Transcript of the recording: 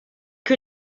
que